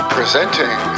Presenting